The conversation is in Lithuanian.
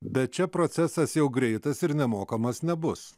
bet čia procesas jau greitas ir nemokamas nebus